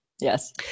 Yes